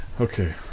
Okay